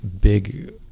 big